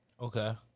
Okay